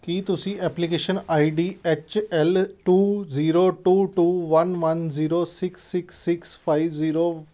ਕੀ ਤੁਸੀਂ application I D H L two zero two two one one zero six six six five zero